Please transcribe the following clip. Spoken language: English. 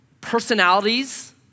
personalities